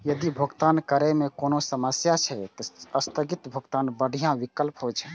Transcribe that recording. यदि भुगतान करै मे कोनो समस्या छै, ते स्थगित भुगतान बढ़िया विकल्प होइ छै